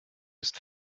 ist